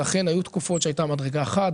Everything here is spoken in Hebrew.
ואכן היו תקופות שהייתה מדרגה אחת,